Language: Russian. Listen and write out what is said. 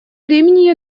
времени